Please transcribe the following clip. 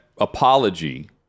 apology